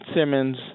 Simmons